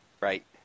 right